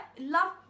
love